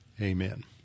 Amen